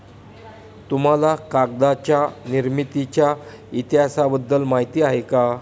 तुम्हाला कागदाच्या निर्मितीच्या इतिहासाबद्दल माहिती आहे का?